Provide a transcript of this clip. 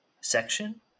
section